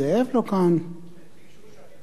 הם ביקשו שאני אדבר בשמם.